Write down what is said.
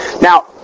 Now